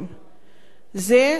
לצערי הרב,